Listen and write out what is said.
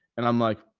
and i'm like,